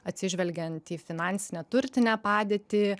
atsižvelgiant į finansinę turtinę padėtį